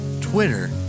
Twitter